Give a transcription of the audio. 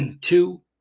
two